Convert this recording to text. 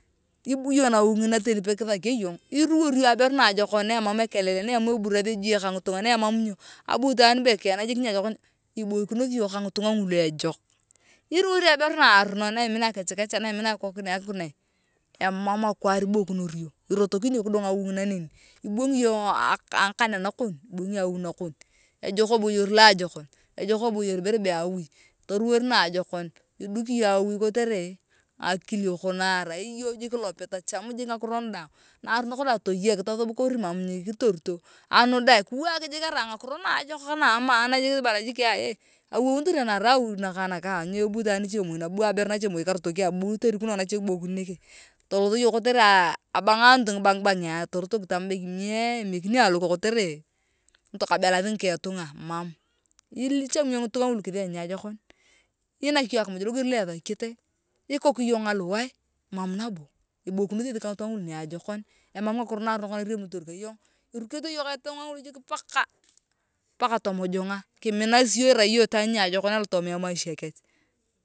Ibu yong ngina teni pe kithakio iyong iruwor iyong aberu naajokon ne emam ekelele ne emea eburath ejie ka ngitunga ne emam nyio abu ituan kiana jik niajokon iboikinosi iyong ka ngitunga ngulu ejok iruwuor iyong aberu naaronon na imina akikechekecha na imina akukokiniai akukokiniai emam akwaar iboikinor iyong irotokini iyong kidong awi ngina neni ibwangi iyongi kaa angakan anakon ibwangi awi nakon. Ejok eboyor loajokon ejok eboyiar aibere be awi toruwor naajokon iduki iyong awi kotere akilioko na arai iyong jik ilope tocham jik ngakiro nu daang naarunok dang toyek tothub kori mam nikitorito anu daang naarunok dang toyek tothub kori mam nikitorito anu dang kiwaak jik arai ngakiro naaajokak naaman bala jik eee awounitor narai awi nakaa nakaa nyebu ituan niche aa moi nabo bua aberu nache moi nabo karotik ayongaa bu torikunae nache bu kiboikin nege tolot yong kotere ngibang’ bang’ torotok tama be kimie emekiani ayong loko kotere kabelathi ngiketunga mam ili icham iyong ngitunga ngulu kithiyan niajoken iinak iyong akimuj loger lo ethakete ikok iyong aluwae emam nabo iboikinothi eeeth ka ngitunga ngulu niajokon emam ngakiro naarunok na iriamunotor kayong irukete yong ka ngitunga ngulu jik paka paka tomojongaa kiminasi iyong irai iyong itwaan niajokon alotooma emaisha kech.